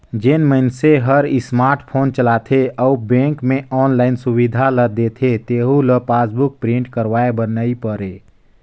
जेन मइनसे हर स्मार्ट फोन चलाथे अउ बेंक मे आनलाईन सुबिधा ल देथे तेहू ल पासबुक प्रिंट करवाये बर नई परे